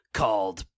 called